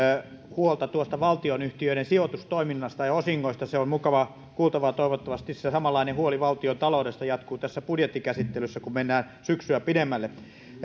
huolta valtionyhtiöiden sijoitustoiminnasta ja osingoista se on mukavaa kuultavaa toivottavasti se samanlainen huoli valtiontaloudesta jatkuu tässä budjettikäsittelyssä kun mennään syksyä pidemmälle